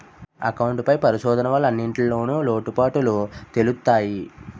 account పై పరిశోధన వల్ల అన్నింటిన్లో లోటుపాటులు తెలుత్తయి